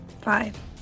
Five